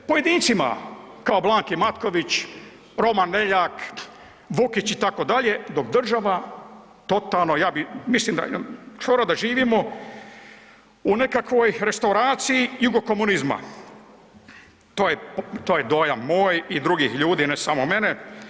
Pojedincima, kao Blanki Matković, Roman Veljak, Vukić itd., dok država totalno, ja bi, mislim da, skoro da živimo u nekakvoj restauraciji jugokomunizma, to je dojam moj i drugih ljudi, ne samo mene.